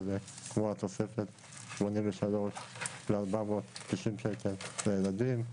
כמו התוספת 83 ו-490 שקל לילדים,